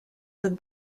than